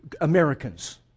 Americans